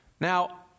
Now